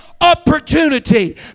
opportunity